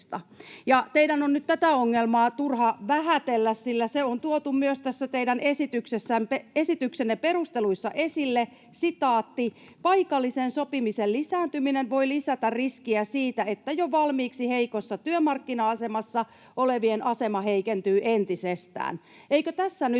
Teidän on nyt tätä ongelmaa turha vähätellä, sillä se on tuotu myös tässä teidän esityksenne perusteluissa esille: ”Paikallisen sopimisen lisääntyminen voi lisätä riskiä siitä, että jo valmiiksi heikossa työmarkkina-asemassa olevien asema heikentyy entisestään.”